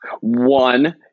One